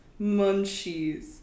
munchies